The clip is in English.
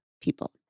people